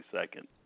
second